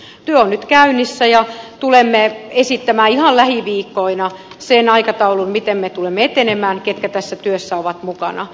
työ on nyt käynnissä ja tulemme esittämään ihan lähiviikkoina sen aikataulun miten me tulemme etenemään ketkä tässä työssä ovat mukana